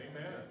Amen